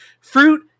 Fruit